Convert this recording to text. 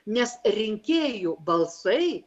nes rinkėjų balsai